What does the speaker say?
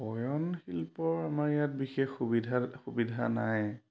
বয়ন শিল্পৰ আমাৰ ইয়াত বিশেষ সুবিধা সুবিধা নাই